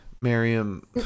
Miriam